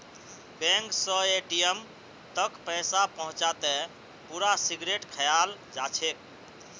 bank स ATM तक पैसा पहुंचाते पूरा सिक्रेट रखाल जाछेक